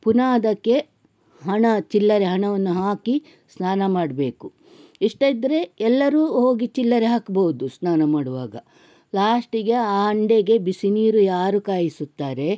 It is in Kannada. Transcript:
ಪುನಃ ಅದಕ್ಕೆ ಹಣ ಚಿಲ್ಲರೆ ಹಣವನ್ನು ಹಾಕಿ ಸ್ನಾನ ಮಾಡಬೇಕು ಇಷ್ಟ ಇದ್ದರೆ ಎಲ್ಲರೂ ಹೋಗಿ ಚಿಲ್ಲರೆ ಹಾಕ್ಬೋದು ಸ್ನಾನ ಮಾಡುವಾಗ ಲಾಸ್ಟಿಗೆ ಆ ಹಂಡೆಗೆ ಬಿಸಿನೀರು ಯಾರು ಕಾಯಿಸುತ್ತಾರೆ